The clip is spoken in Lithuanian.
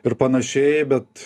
ir panašiai bet